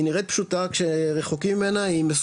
היא נראית פשוטה כשרחוקים ממנה,